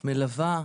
מלווה,